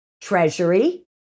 treasury